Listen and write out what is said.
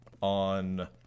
on